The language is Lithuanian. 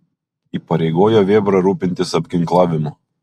įpareigojo vėbrą rūpintis apginklavimu